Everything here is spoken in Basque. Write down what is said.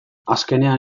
azkenean